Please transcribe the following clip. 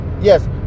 Yes